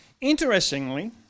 Interestingly